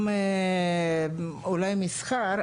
אולי גם מסחר.